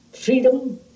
freedom